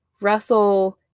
Russell